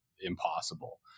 impossible